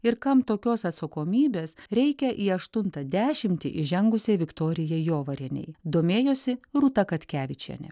ir kam tokios atsakomybės reikia į aštuntą dešimtį įžengusiai viktorijai jovarienei domėjosi rūta katkevičienė